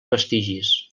vestigis